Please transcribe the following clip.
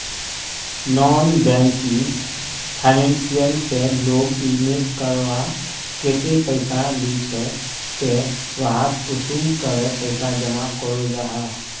Non banking financial से लोग business करवार केते पैसा लिझे ते वहात कुंसम करे पैसा जमा करो जाहा?